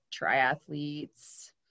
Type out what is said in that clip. triathletes